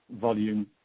volume